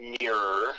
mirror